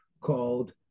called